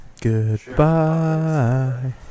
Goodbye